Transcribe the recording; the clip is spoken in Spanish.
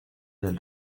del